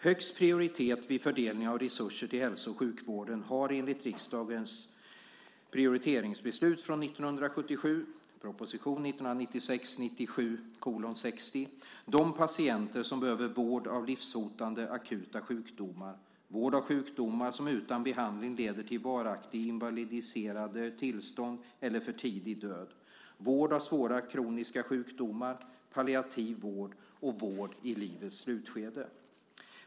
Högst prioritet vid fördelningen av resurser till hälso och sjukvården har enligt riksdagens prioriteringsbeslut från 1997 de patienter som behöver vård av livshotande akuta sjukdomar, vård av sjukdomar som utan behandling leder till varaktigt invalidiserande tillstånd eller för tidig död, vård av svåra kroniska sjukdomar, palliativ vård och vård i livets slutskede.